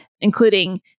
including